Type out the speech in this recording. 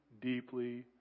deeply